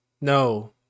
no